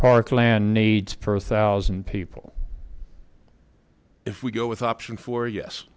parkland needs per thousand people if we go with option four yes